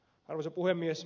arvoisa puhemies